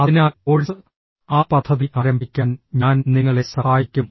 അതിനാൽ കോഴ്സ് ആ പദ്ധതി ആരംഭിക്കാൻ ഞാൻ നിങ്ങളെ സഹായിക്കും